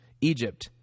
Egypt